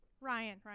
Ryan